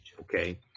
Okay